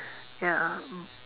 ya lah mm